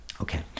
Okay